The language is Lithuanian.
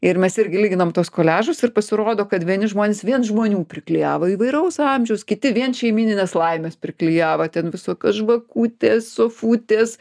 ir mes irgi lyginam tuos koliažus ir pasirodo kad vieni žmonės vien žmonių priklijavo įvairaus amžiaus kiti vien šeimyninės laimės priklijavo ten visokios žvakutės sofutės